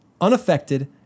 Unaffected